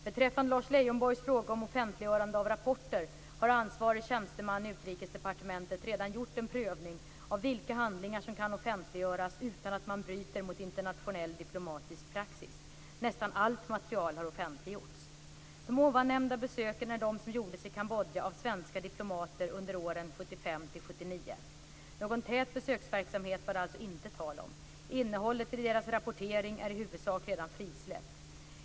Beträffande Lars Leijonborgs fråga om offentliggörade av rapporter, har ansvarig tjänsteman i Utrikesdepartementet redan gjort en prövning av vilka handlingar som kan offentliggöras utan att man bryter mot internationell diplomatisk praxis. Nästan allt material har offentliggjorts. De ovannämnda besöken är de som gjordes i 79. Någon tät besöksverksamhet var det alltså inte tal om. Innehållet i deras rapportering är i huvudsak redan frisläppt.